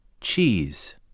Cheese